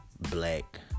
black